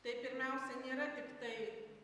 tai pirmiausia